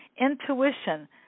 intuition